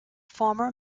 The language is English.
former